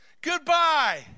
goodbye